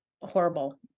horrible